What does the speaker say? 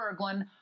Berglund